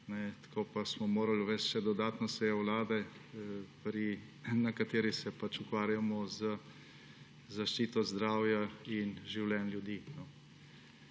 Tako pa smo morali uvesti še dodatno sejo vlade, na kateri se ukvarjamo z zaščito zdravja in življenj ljudi.